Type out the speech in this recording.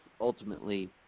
ultimately